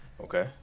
Okay